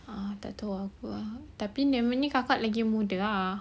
ah tak tahu [pe] tapi memang ni kakak lebih muda ah